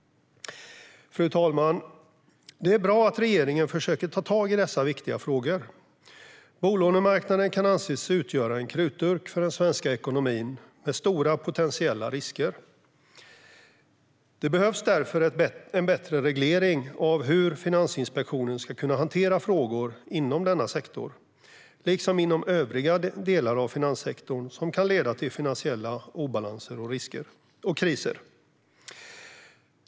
Fru talman! Det är bra att regeringen försöker ta tag i dessa viktiga frågor. Bolånemarknaden kan anses utgöra en krutdurk med stora potentiella risker för den svenska ekonomin. Det behövs därför bättre reglering av hur Finansinspektionen ska hantera frågor inom denna sektor liksom inom övriga delar av finanssektorn som kan leda till finansiella obalanser och kriser.